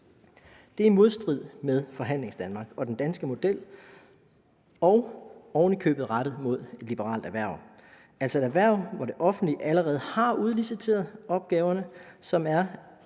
Det er i modstrid med Forhandlingsdanmark og den danske model, og det er oven i købet rettet mod et liberalt erhverv, altså et erhverv, hvor det offentlige allerede har udliciteret opgaverne, og et